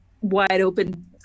wide-open